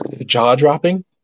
jaw-dropping